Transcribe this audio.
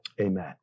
amen